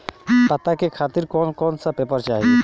पता के खातिर कौन कौन सा पेपर चली?